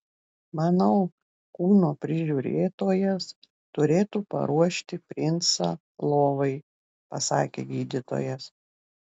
manau kūno prižiūrėtojas turėtų paruošti princą lovai pasakė gydytojas